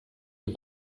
den